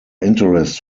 interest